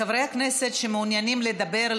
חברי הכנסת שמעוניינים לדבר,